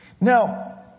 now